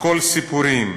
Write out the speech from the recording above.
הכול סיפורים.